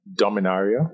Dominaria